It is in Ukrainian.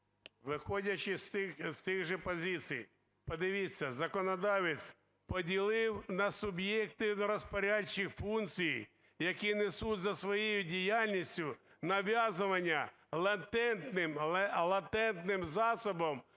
Виходячи з тих же позицій, подивіться, законодавець поділив на суб'єкти розпорядчі функції, які несуть, за своєю діяльністю нав'язування, латентним засобом